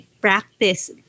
practice